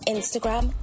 Instagram